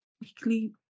weekly